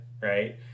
right